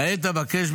כעת אבקש,